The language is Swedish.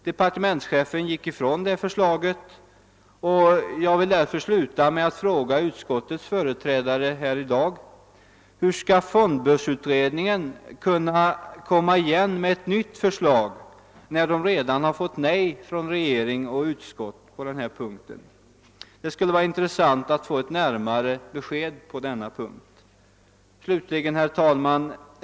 Departementschefen gick ifrån detta förslag, och jag vill därför sluta med att fråga utskottets företrädare i dag: Hur skall fondbörsutred ningen kunna komma igen med ett nytt förslag, när den redan har fått nej från regering och utskott på denna punkt? Det skulle vara intressant att få ett närmare besked om den saken. Herr talman!